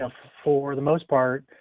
ah for the most part,